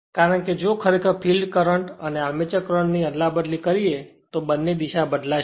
કારણ કે જો ખરેખર ફિલ્ડ કરંટ અને આર્મચર કરંટ ની અદલાબદલી કરીયે તો બંને દિશા બદલાશે